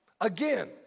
again